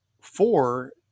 four